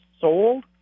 sold